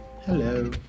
Hello